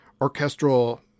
orchestral